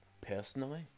Personally